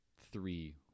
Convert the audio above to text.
three